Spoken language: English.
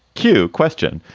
q question.